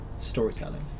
storytelling